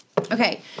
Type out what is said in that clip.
okay